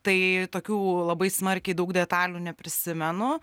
tai tokių labai smarkiai daug detalių neprisimenu